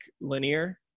linear